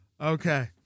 okay